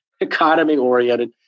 economy-oriented